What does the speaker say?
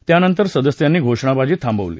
त्यानंतर सदस्यांनी घोषणाबाजी थांबवली